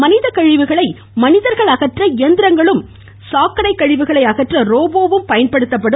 மனித கழிவுகளை மனிதர்கள் அகற்ற இயந்திரங்களும் சாக்கடை கழிவுகளை அகற்ற ரோபோ பயன்படுத்தப்படும்